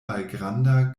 malgranda